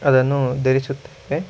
ಅದನ್ನು ಧರಿಸುತ್ತೇವೆ